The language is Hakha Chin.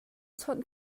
chawn